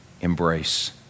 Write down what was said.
embrace